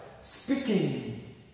Speaking